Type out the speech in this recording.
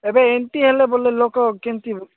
ଏବେ ଏମତି ହେଲେ ବୋଲେ ଲୋକ କେମିତି